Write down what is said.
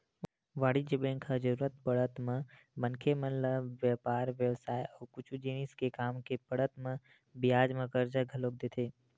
वाणिज्य बेंक ह जरुरत पड़त म मनखे मन ल बेपार बेवसाय अउ कुछु जिनिस के काम के पड़त म बियाज म करजा घलोक देथे